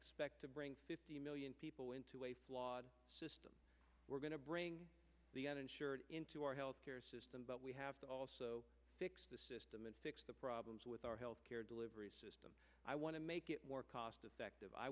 expect to bring fifty million people into a flawed system we're going to bring the uninsured into our head but we have to also fix the system and fix the problems with our healthcare delivery system i want to make it more cost effective i